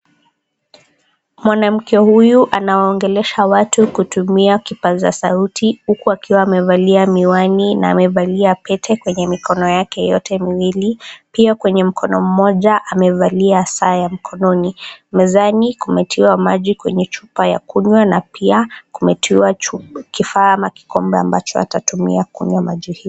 Mwanamke huyu anawaongelesha watu kutumia kipaza sauti huku akiwa amevalia miwani na amevalia pete kwenye mikono yake yote miwili. Pia kwenye mkono mmoja amevalia saa ya mkononi. Mezani kumetiwa maji kwenye chupa ya kunywa na pia kumetiwa kifaa ama kikombe ambacho atatumia kunywa maji hayo.